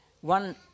one